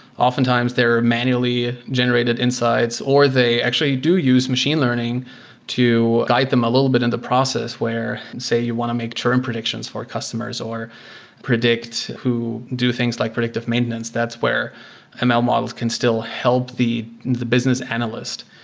oftentimes, they're manually generated insights or they actually do use machine learning to guide them a little bit in the process where, say, you want to make churn predictions for customers or predict who do things like predictive maintenance. that's where ml models can still help the the business analyst.